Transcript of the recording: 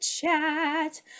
Chat